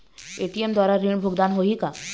ATM द्वारा ऋण भुगतान होही का?